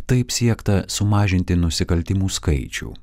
taip siekta sumažinti nusikaltimų skaičių